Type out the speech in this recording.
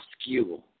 skew